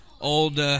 Old